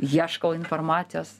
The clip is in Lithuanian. ieškau informacijos